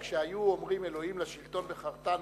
כשהיו אומרים "אלוהים לשלטון בחרתנו",